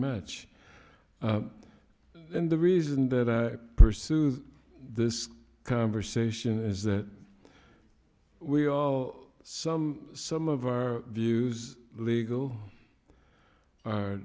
much and the reason that i pursued this conversation is that we are some some of our views legal